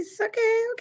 okay